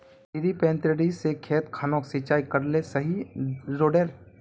डिरिपयंऋ से खेत खानोक सिंचाई करले सही रोडेर?